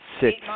six